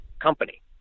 company